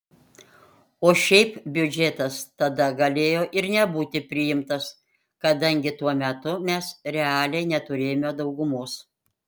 o šiaip biudžetas tada galėjo ir nebūti priimtas kadangi tuo metu mes realiai neturėjome daugumos